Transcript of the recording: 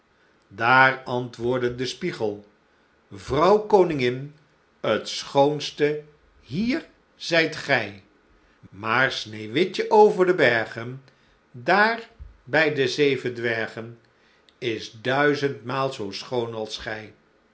daar antwoordde de spiegel vrouw koningin t schoonste hier zijt gij maar sneeuwwitje over de bergen daar bij de zeven dwergen is duizendmaal zoo schoon als gij